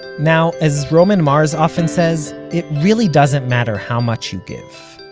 now, as roman mars often says, it really doesn't matter how much you give.